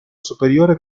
superiore